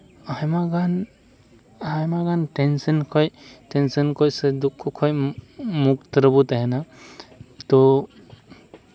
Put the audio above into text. ᱟᱭᱢᱟ ᱜᱟᱱ ᱟᱭᱢᱟ ᱜᱟᱱ ᱴᱮᱱᱥᱮᱱ ᱠᱷᱚᱱ ᱴᱮᱱᱥᱮᱱ ᱠᱷᱚᱱ ᱥᱮ ᱫᱩᱠᱠᱷᱚ ᱠᱷᱚᱱ ᱢᱩᱠᱛᱚ ᱨᱮᱵᱚ ᱛᱟᱦᱮᱱᱟ ᱛᱳ